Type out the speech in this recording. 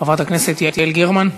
חברת הכנסת יעל גרמן,